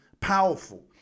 powerful